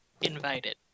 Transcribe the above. invited